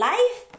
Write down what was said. Life